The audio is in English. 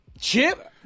Chip